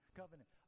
covenant